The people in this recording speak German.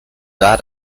war